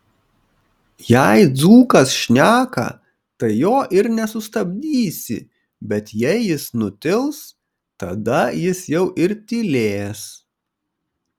jei dzūkas šneka tai jo ir nesustabdysi bet jei jis nutils tada jis jau ir tylės